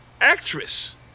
actress